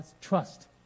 trust